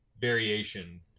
variation